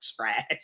trash